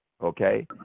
okay